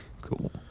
cool